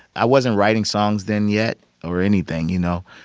i wasn't writing songs then yet or anything, you know?